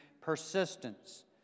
persistence